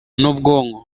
n’ubwonko